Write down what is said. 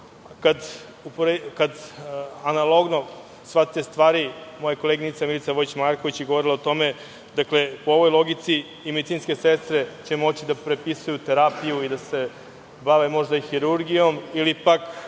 kada analogno shvatite stvari, moja koleginica Milica Vojić Marković je govorila o tome, po ovoj logici i medicinske sestre će moći da prepisuju terapiju i da se bave možda i hirurgijom, ili pak,